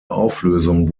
auflösung